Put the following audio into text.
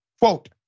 quote